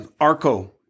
Arco